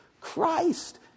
Christ